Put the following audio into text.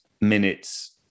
minutes